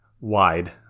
wide